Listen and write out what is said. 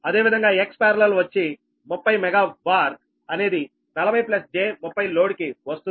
అదేవిధంగా Xparallel వచ్చి30 mega VAR అనేది 40 j 30 లోడ్ కి వస్తుంది